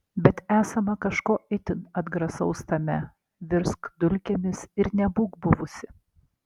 bet esama kažko itin atgrasaus tame virsk dulkėmis ir nebūk buvusi